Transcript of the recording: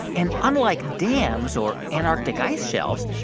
and unlike dams or antarctic ice shelves,